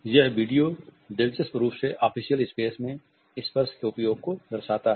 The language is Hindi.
यह वीडियो दिलचस्प रूप से ऑफिसियल स्पेस में स्पर्श के उपयोग को दर्शाता है